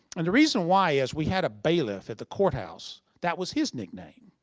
and the reason why is, we had a bailiff at the courthouse. that was his nickname.